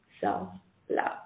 self-love